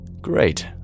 Great